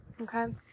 Okay